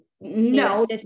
no